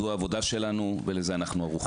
זו העבודה שלנו, ולזה אנחנו ערוכים.